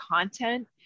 content